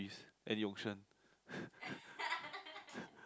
any option